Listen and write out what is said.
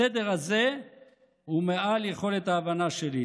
הסדר הזה הוא מעל יכולת ההבנה שלי.